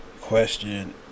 question